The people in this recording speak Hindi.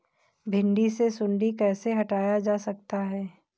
भिंडी से सुंडी कैसे हटाया जा सकता है?